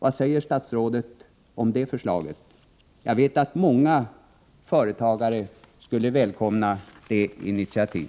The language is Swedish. Vad säger statsrådet om det förslaget? Jag vet att många företagare skulle välkomna ett sådant initiativ.